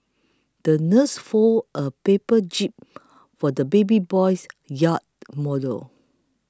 the nurse folded a paper jib for the baby boy's yacht model